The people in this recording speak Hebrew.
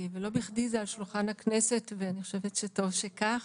ולא בכדי זה על שולחן הכנסת, ואני חושבת שטוב שכך.